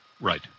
Right